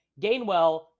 gainwell